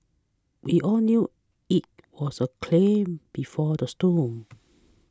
we all knew it was the clam before the storm